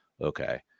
okay